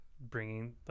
bringing